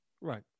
Right